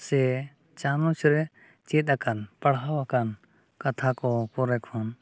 ᱥᱮ ᱪᱟᱱᱟᱪ ᱨᱮ ᱪᱮᱫ ᱟᱠᱟᱱ ᱯᱟᱲᱦᱟᱣ ᱟᱠᱟᱱ ᱠᱟᱛᱷᱟ ᱠᱚ ᱠᱚᱨᱮ ᱠᱷᱚᱱ